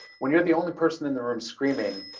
when you're the only person in the room, screaming,